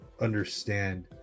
understand